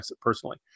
personally